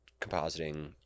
compositing